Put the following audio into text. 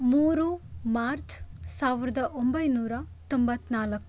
ಮೂರು ಮಾರ್ಚ್ ಸಾವಿರದ ಒಂಬೈನೂರ ತೊಂಬತ್ತ ನಾಲ್ಕು